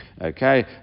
Okay